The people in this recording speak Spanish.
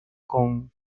con